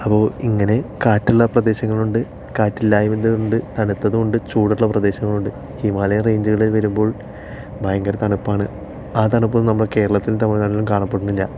അപ്പോൾ ഇങ്ങനെ കാറ്റുള്ള പ്രദേശങ്ങളുണ്ട് കാറ്റില്ലായ്മയുണ്ട് തണുത്തതുണ്ട് ചൂടുള്ള പ്രദേശവും ഉണ്ട് ഹിമാലയൻ റെയ്ഞ്ചുകളിൽ വരുമ്പോൾ ഭയങ്കര തണുപ്പാണ് ആ തണുപ്പൊന്നും നമ്മുടെ കേരളത്തിലും തമിഴ്നാട്ടിലും കാണപ്പെടുന്നില്ല